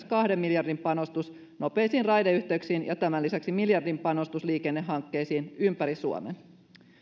kahden miljardin panostus nopeisiin raideyhteyksiin ja tämän lisäksi miljardin panostus liikennehankkeisiin ympäri suomen